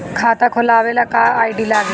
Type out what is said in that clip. खाता खोलाबे ला का का आइडी लागी?